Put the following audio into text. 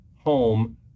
home